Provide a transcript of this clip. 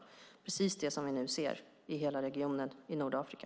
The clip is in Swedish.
Det är precis det som vi nu ser i hela regionen i Nordafrika.